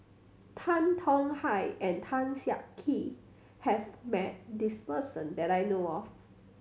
Tan Tong Hye and Tan Siak Kew has met this person that I know of